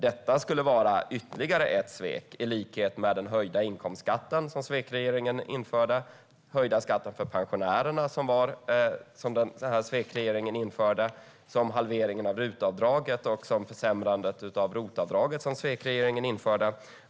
Detta skulle vara ytterligare ett svek i likhet med den höjda inkomstskatten, som svekregeringen införde, den höjda skatten för pensionärerna, som svekregeringen införde, samt halveringen av RUT-avdraget och försämringen av ROT-avdraget, som svekregeringen genomförde.